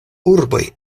urboj